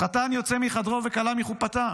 אז חתן יוצא מחדרו וכלה מחופתה.